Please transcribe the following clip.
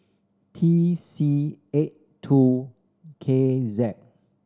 T C eight two K Z